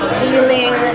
healing